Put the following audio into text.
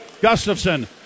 Gustafson